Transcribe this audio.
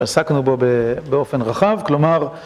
עסקנו בו באופן רחב, כלומר